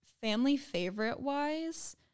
family-favorite-wise